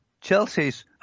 Chelsea's